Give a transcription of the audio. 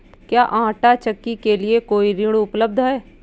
क्या आंटा चक्की के लिए कोई ऋण उपलब्ध है?